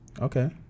Okay